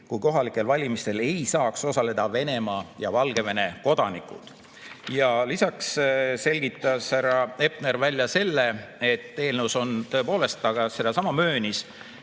kui kohalikel valimistel ei saaks osaleda Venemaa ja Valgevene kodanikud. Lisaks selgitas härra Hepner välja selle, et eelnõus on tõepoolest ettepanek